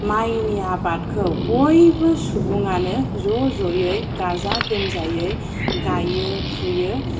माइनि आबादखौ बयबो सुबुंआनो ज' जयै गाजा गोमजायै गायो फुयो